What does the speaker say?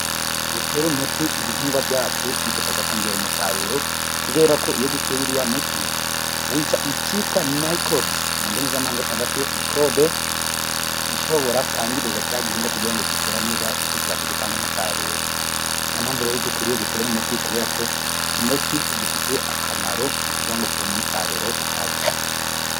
Gutrera umuti ibihingwa byacu bidufasha kongera umusaruro kubera ko iyo duteye uriya muti wica icyitwa microbes mu ndimi z'amahanga cyangwa se mikorobe, ishobora kwangiza gishobora kwangiriza kugira ngo kitera neza bityo kibashe gutanga umusaruro. Ni ninayo mpamvu rero dukwiriye gutera umuti kubera ko umuti udufitiye akamaro mu kugira ngo tubone umusaruro uhagije.